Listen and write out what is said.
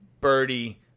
birdie